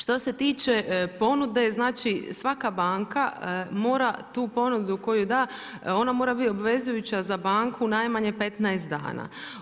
Što se tiče ponude, znači svaka banka mora tu ponudu koju da, ona mora bit obvezujuća za banku najmanje 15 dana.